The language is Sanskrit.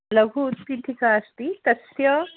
लघु उत्पीठिका अस्ति तस्याः